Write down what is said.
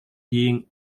being